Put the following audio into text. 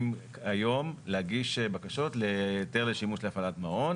היום להגיש בקשות להיתר לשימוש להפעלת מעון